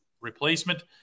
replacement